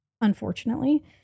Unfortunately